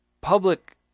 public